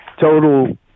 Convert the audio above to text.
total